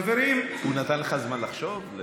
הוא נתן לך זמן לחשוב?